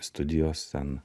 studijos ten